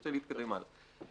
רוצה להתקדם הלאה.